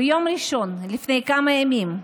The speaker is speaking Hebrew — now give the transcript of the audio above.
ביום ראשון, לפני כמה ימים,